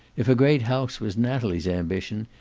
if a great house was natalie's ambition,